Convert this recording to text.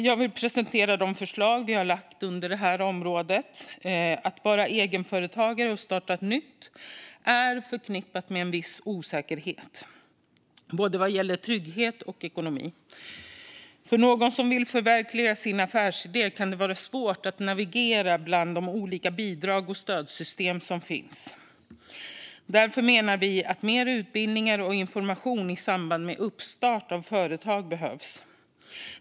Jag vill presentera de förslag vi lagt fram på det här området. Att vara egenföretagare och att starta nytt är förknippat med en viss osäkerhet vad gäller både trygghet och ekonomi. För någon som vill förverkliga sin affärsidé kan det vara svårt att navigera bland de olika bidrag och stödsystem som finns. Därför menar vi att mer utbildningar och information i samband med start av företag behövs.